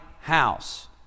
house